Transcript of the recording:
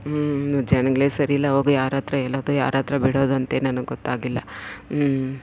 ಹ್ಞೂ ಜನಗ್ಳೇ ಸರಿ ಇಲ್ಲ ಹೋಗು ಯಾರತ್ರ ಹೇಳೋದು ಯಾರತ್ರ ಬಿಡೋದು ಅಂತೇ ನನಗೆ ಗೊತ್ತಾಗಿಲ್ಲ